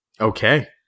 Okay